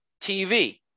TV